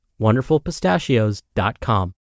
wonderfulpistachios.com